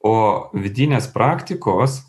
o vidinės praktikos